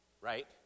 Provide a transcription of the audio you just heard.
Right